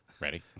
Ready